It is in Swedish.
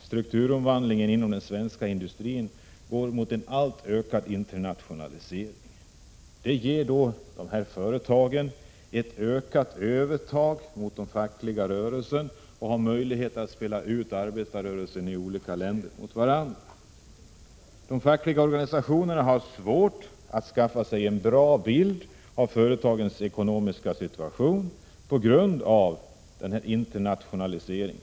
Strukturomvandlingen inom den svenska industrin går mot en ökande internationalisering. Det ger dessa företag ett övertag över den fackliga rörelsen, och företagen har därmed möjlighet att spela ut arbetarrörelsen i olika länder mot varandra. De fackliga organisationerna har svårt att skaffa sig en bra bild av företagens ekonomiska situation på grund av denna internationalisering.